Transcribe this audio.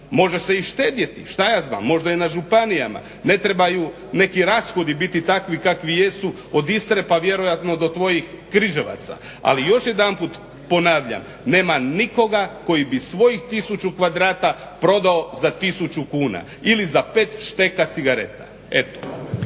Može se i štedjeti, šta ja znam, možda je na županijama, ne trebaju neki rashodi biti takvi kakvi jesu od Istre pa vjerojatno do tvojih Križevaca. Ali još jedanput ponavljam, nema nikoga koji bi svojih tisuću kvadrata prodao za tisuću kuna ili za pet šteka cigareta. Eto.